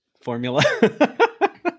formula